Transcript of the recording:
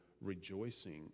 rejoicing